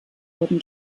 wurden